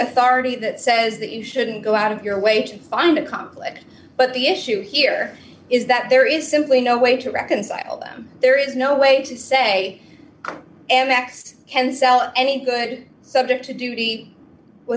authority that says that you shouldn't go out of your way to find a complex but the issue here is that there is simply no way to reconcile them there is no way to say ever axed can sell any good subject to duty w